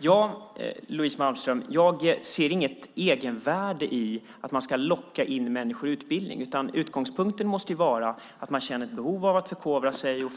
Herr talman! Jag ser inget egenvärde i att locka in människor i utbildning, Louise Malmström. Utgångspunkten måste vara att man känner ett behov av att förkovra sig och